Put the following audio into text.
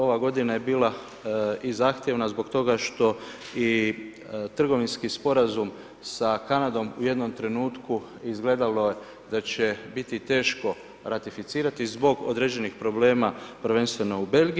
Ova godina je bila i zahtjevna zbog toga što i trgovinski sporazum sa Kanadom u jednom trenutku izgledalo je da će biti teško ratificirati zbog određenih problema prvenstveno u Belgiji.